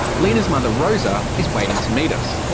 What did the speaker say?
lina's mother, rosa, is waiting to meet us.